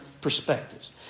perspectives